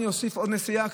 אוסיף עוד נסיעה,